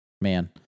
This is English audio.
man